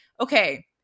okay